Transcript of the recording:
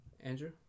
Andrew